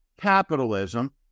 capitalism